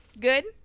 good